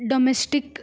domestic